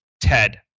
Ted